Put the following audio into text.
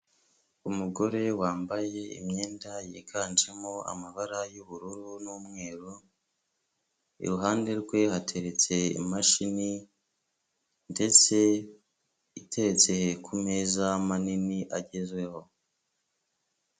Umugore wambaye imyenda yiganjemo amabara y'ubururu, n'umweru, iruhande rwe hateretse imashini, ndetse iteretse ku meza manini agezweho.